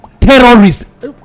terrorists